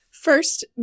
First